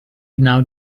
genau